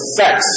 sex